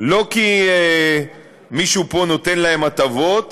לא כי מישהו פה נותן להם הטבות,